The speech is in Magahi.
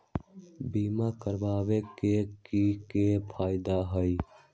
बीमा करबाबे के कि कि फायदा हई?